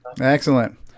Excellent